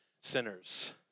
sinners